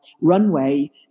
runway